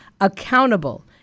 accountable